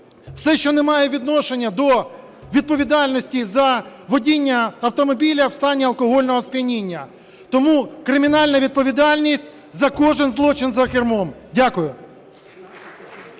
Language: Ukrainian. все, що не має відношення до відповідальності за водіння автомобіля в стані алкогольного сп'яніння. Тому кримінальна відповідальність за кожен злочин за кермом. Дякую.